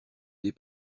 des